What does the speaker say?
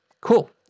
Cool